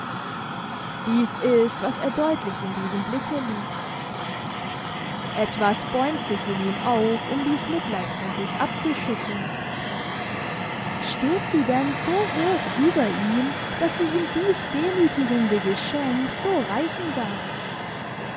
dies ist was er deutlich in diesem blicke liest etwas bäumt sich in ihm auf um dies mitleid von sich abzuschütteln steht sie denn so hoch über ihm daß sie ihm dies demütigende geschenk so reichen darf